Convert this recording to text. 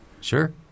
Sure